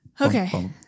Okay